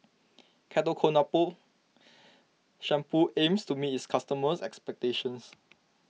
Ketoconazole Shampoo aims to meet its customers' expectations